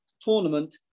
tournament